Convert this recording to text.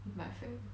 with my friend